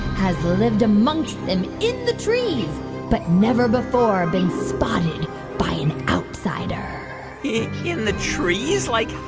has lived amongst them in the trees but never before been spotted by an outsider in the trees like,